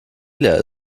leer